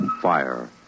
fire